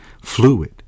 fluid